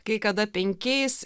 kai kada penkiais